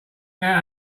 out